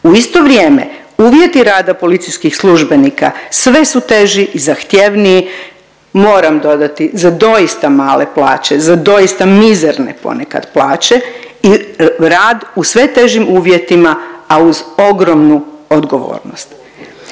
U isto vrijeme, uvjeti rada policijskih službenika sve su teži i zahtjevniji, moram dodati, za doista male plaće, za doista mizerne ponekad plaće i rad u sve težim uvjetima, a uz ogromnu odgovornost.